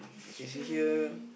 chicken